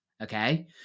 Okay